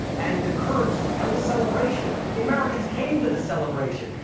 and the kurds held a celebration. the americans came to the celebration,